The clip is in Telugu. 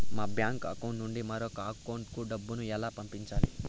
మా బ్యాంకు అకౌంట్ నుండి మరొక అకౌంట్ కు డబ్బును ఎలా పంపించాలి